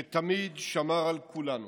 שתמיד שמר על כולנו.